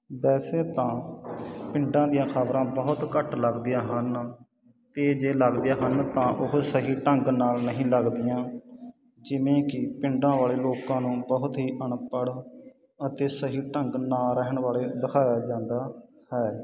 ਵੈਸੇ ਤਾਂ ਪਿੰਡਾਂ ਦੀਆਂ ਖ਼ਬਰਾਂ ਬਹੁਤ ਘੱਟ ਲੱਗਦੀਆਂ ਹਨ ਅਤੇ ਜੇ ਲੱਗਦੀਆਂ ਹਨ ਤਾਂ ਉਹ ਸਹੀ ਢੰਗ ਨਾਲ ਨਹੀਂ ਲੱਗਦੀਆਂ ਜਿਵੇਂ ਕਿ ਪਿੰਡਾਂ ਵਾਲੇ ਲੋਕਾਂ ਨੂੰ ਬਹੁਤ ਹੀ ਅਣਪੜ੍ਹ ਅਤੇ ਸਹੀ ਢੰਗ ਨਾ ਰਹਿਣ ਵਾਲੇ ਦਿਖਾਇਆ ਜਾਂਦਾ ਹੈ